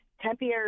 Tempe